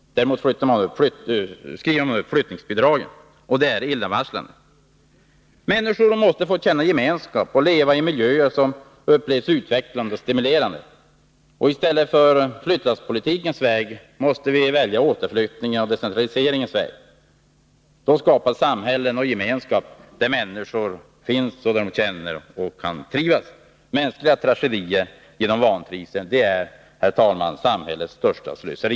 Däremot räknar man upp flyttningsbidragen. Det är illavarslande. Människor måste få känna gemenskap och leva i miljöer som upplevs som utvecklande och stimulerande. I stället för flyttlasspolitikens väg måste vi välja återflyttningens och decentraliseringens väg. Då skapas samhällen och gemenskap där människor behövs och kan trivas. Mänskliga tragedier på grund av vantrivsel är, herr talman, samhällets största slöseri.